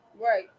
Right